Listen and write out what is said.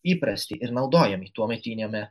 įprasti ir naudojami tuometiniame